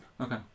Okay